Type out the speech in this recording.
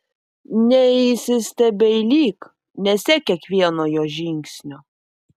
neįsistebeilyk nesek kiekvieno jo žingsnio